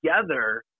together